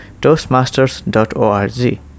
Toastmasters.org